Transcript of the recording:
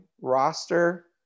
roster